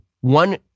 one